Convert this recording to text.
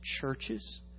churches